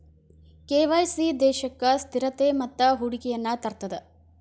KYC ದೇಶಕ್ಕ ಸ್ಥಿರತೆ ಮತ್ತ ಹೂಡಿಕೆಯನ್ನ ತರ್ತದ